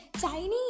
Chinese